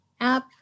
app